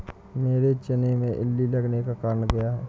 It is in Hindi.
मेरे चने में इल्ली लगने का कारण क्या है?